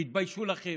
תתביישו לכם.